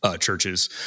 churches